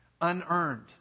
unearned